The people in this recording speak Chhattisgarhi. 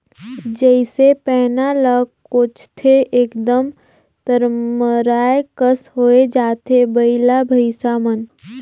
जइसे पैना ल कोचथे एकदम तरमराए कस होए जाथे बइला भइसा मन